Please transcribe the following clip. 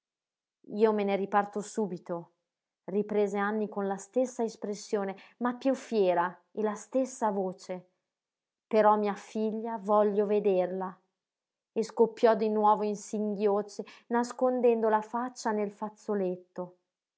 io me ne riparto subito riprese anny con la stessa espressione ma piú fiera e la stessa voce però mia figlia voglio vederla e scoppiò di nuovo in singhiozzi nascondendo la faccia nel fazzoletto